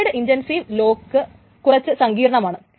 shared intensive lock കുറച്ച് സങ്കീർണ്ണമാണ്